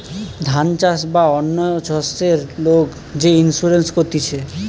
ধান চাষ বা অন্য শস্যের লোক যে ইন্সুরেন্স করতিছে